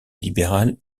libéral